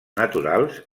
naturals